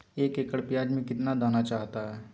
एक एकड़ प्याज में कितना दाना चाहता है?